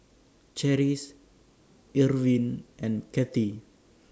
Cherish Irvin and Cathy